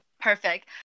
Perfect